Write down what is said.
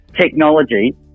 technology